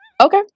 Okay